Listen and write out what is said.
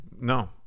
No